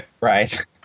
Right